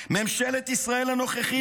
"ממשלת ישראל הנוכחית היא